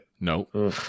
No